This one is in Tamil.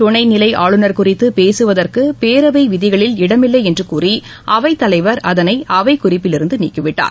துணை நிலை ஆளுநர் குறித்து பேசுவதற்கு பேரவை விதிகளில் இடமில்லை என்று கூறி அவைத் தலைவர் அதனை அவைக்குறிப்பில் இருந்து நீக்கிவிட்டார்